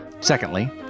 Secondly